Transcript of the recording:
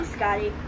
Scotty